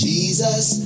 Jesus